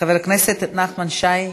חבר הכנסת נחמן שי,